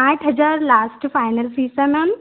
आठ हज़ार last final fees है मैम